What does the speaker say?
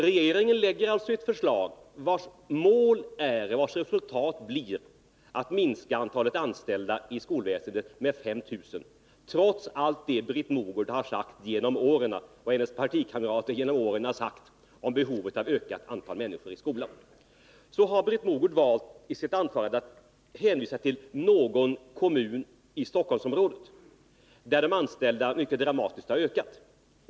Regeringen lägger alltså fram ett förslag, vars mål är och vars resultat blir en minskning av antalet anställda i skolväsendet med 5 000, trots allt det Britt Mogård och hennes partikamrater genom åren har sagt om behovet av ökat antal vuxna människor i skolan. Britt Mogård har i sitt anförande valt att hänvisa till någon kommun i Stockholmsområdet, där antalet anställda har ökat mycket dramatiskt.